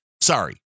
Sorry